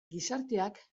gizarteak